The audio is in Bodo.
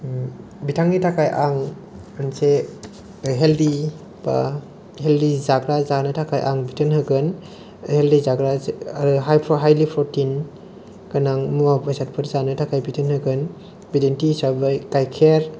बिथांनि थाखाय आं मोनसे हेलदि बा हेलदि जाग्रा जानो थाखाय आं बिथोन होगोन हेलदि जाग्रा आरो हाइलि प्रटिन गोनां मुवा बेसादफोर जानो थाखाय बिथोन होगोन बिदिन्थि हिसाबौ गायखेर